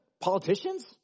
Politicians